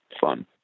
fun